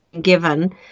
given